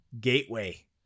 gateway